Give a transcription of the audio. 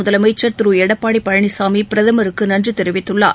முதலமைச்சர் திரு எடப்பாடி பழனிசாமி பிரதமருக்கு நன்றி தெரிவித்துள்ளார்